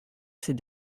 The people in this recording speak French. ces